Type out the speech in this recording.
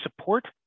support